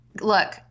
look